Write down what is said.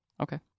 Okay